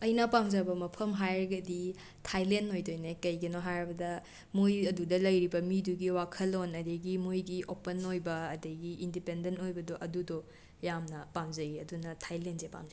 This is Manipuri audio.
ꯑꯩꯅ ꯄꯥꯝꯖꯕ ꯃꯐꯝ ꯍꯥꯏꯔꯒꯗꯤ ꯊꯥꯏꯂꯦꯟ ꯑꯣꯏꯗꯣꯏꯅꯦ ꯀꯩꯒꯤꯅꯣ ꯍꯥꯏꯔꯕꯗ ꯃꯣꯏ ꯑꯗꯨꯗ ꯂꯩꯔꯤꯕ ꯃꯤꯗꯨꯒꯤ ꯋꯥꯈꯜꯂꯣꯟ ꯑꯗꯒꯤ ꯃꯣꯏꯒꯤ ꯑꯣꯄꯟ ꯑꯣꯏꯕ ꯑꯗꯒꯤ ꯏꯟꯗꯤꯄꯦꯟꯗꯟ ꯑꯣꯏꯕꯗꯣ ꯑꯗꯨꯗꯣ ꯌꯥꯝꯅ ꯄꯥꯝꯖꯩꯌꯦ ꯑꯗꯨꯅ ꯊꯥꯏꯂꯦꯟꯁꯦ ꯄꯥꯝꯖꯩ